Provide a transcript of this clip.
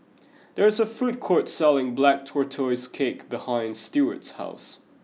there is a food court selling black tortoise cake behind Steward's house